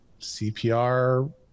CPR